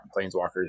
Planeswalkers